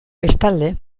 bestalde